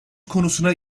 konusuna